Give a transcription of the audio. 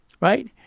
right